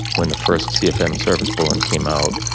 when the first cfm service bulletin came out,